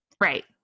Right